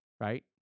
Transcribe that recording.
right